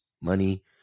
money